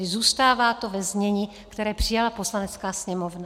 Tedy zůstává to ve znění, které přijala Poslanecká sněmovna.